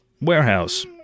warehouse